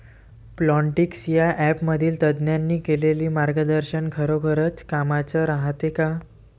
Plantix या ॲपमधील तज्ज्ञांनी केलेली मार्गदर्शन खरोखरीच कामाचं रायते का?